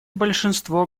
большинство